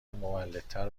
مولدتر